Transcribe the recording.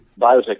Biotechnology